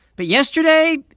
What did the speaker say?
but yesterday,